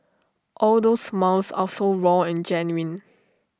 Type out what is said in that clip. all those smiles are so raw and genuine